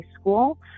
school